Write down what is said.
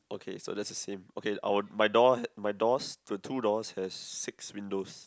okay so that's the same our my door my doors the two doors has six windows